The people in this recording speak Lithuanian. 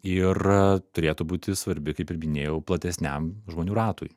ir turėtų būti svarbi kaip ir minėjau platesniam žmonių ratui